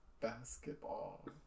basketball